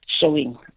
showing